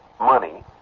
money